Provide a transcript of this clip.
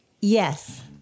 Yes